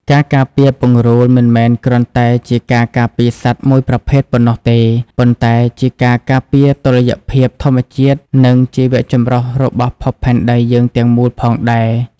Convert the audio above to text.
ការការពារពង្រូលមិនមែនគ្រាន់តែជាការការពារសត្វមួយប្រភេទប៉ុណ្ណោះទេ ប៉ុន្តែជាការការពារតុល្យភាពធម្មជាតិនិងជីវចម្រុះរបស់ភពផែនដីយើងទាំងមូលផងដែរ។